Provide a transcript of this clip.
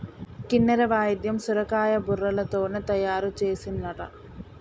కిన్నెర వాయిద్యం సొరకాయ బుర్రలతోనే తయారు చేసిన్లట